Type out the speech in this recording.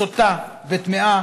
סוטה וטמאה,